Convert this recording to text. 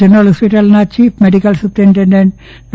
general હોસ્પિટલનાં chief medical superintendent ડો